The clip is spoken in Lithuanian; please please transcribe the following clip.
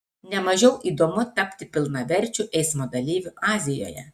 ne mažiau įdomu tapti pilnaverčiu eismo dalyviu azijoje